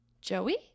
Joey